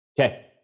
okay